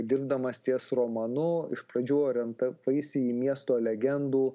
dirbdamas ties romanu iš pradžių orientavaisi į miesto legendų